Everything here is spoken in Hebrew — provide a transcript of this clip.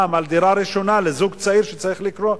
את המע"מ על דירה ראשונה לזוג צעיר שצריך לקנות,